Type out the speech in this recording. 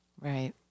Right